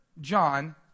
John